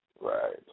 Right